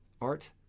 art